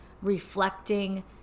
reflecting